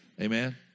Amen